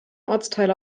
ortsteile